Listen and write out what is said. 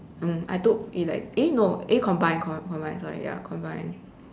mm I took it like ele~ eh no eh combined combined sorry ya combined